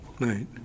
Right